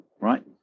right